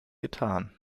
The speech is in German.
getan